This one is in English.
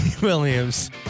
Williams